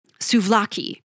souvlaki